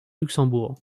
luxembourg